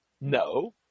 No